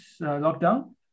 lockdown